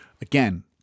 again